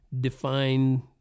define